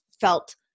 felt